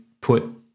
put